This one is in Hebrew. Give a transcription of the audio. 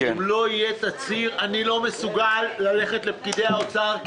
אם לא יהיה תצהיר אני לא מסוגל ללכת לפקידי משרד האוצר,